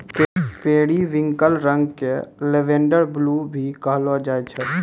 periwinkle रंग क lavender blue भी कहलो जाय छै